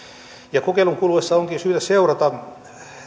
ja kokeilun kuluessa onkin syytä seurata